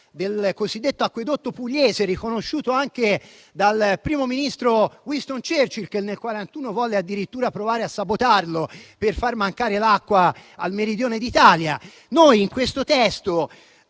un accenno storico - fu riconosciuta anche dal primo ministro Winston Churchill, che nel 1941 volle addirittura provare a sabotarlo per far mancare l'acqua al Meridione d'Italia. In questo testo